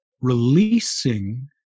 releasing